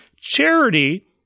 Charity